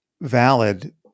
valid